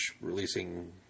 releasing